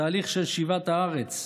בתהליך של שיבת הארץ,